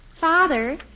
Father